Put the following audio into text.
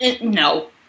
No